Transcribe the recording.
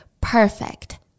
perfect